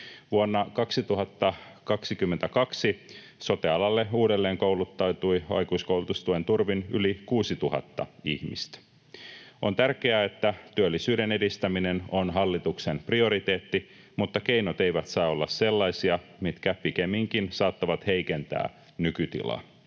Vuonna 2022 sote-alalle uudelleenkouluttautui aikuiskoulutustuen turvin yli 6 000 ihmistä. On tärkeää, että työllisyyden edistäminen on hallituksen prioriteetti, mutta keinot eivät saa olla sellaisia, mitkä pikemminkin saattavat heikentää nykytilaa.